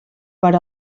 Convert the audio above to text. per